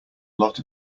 lot